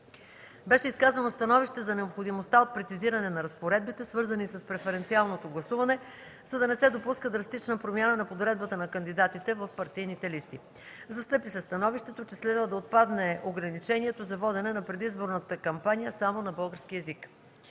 Беше изказано становище за необходимостта от прецизиране на разпоредбите, свързани с преференциалното гласуване, за да не се допусне драстична промяна на подредбата на кандидатите в партийните листи. Застъпи се становището, че следва да отпадне ограничението за водене на предизборната кампания само на български език.